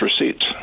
receipts